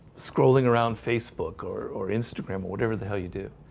scrolling around facebook or or instagram or whatever the hell you do?